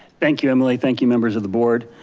thank you, emily. thank you members of the board.